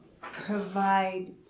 provide